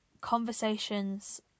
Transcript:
conversations